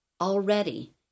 already